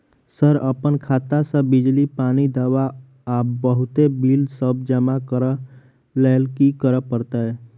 Sir अप्पन खाता सऽ बिजली, पानि, दवा आ बहुते बिल सब जमा करऽ लैल की करऽ परतै?